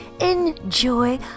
Enjoy